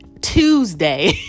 Tuesday